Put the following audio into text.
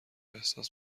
احساس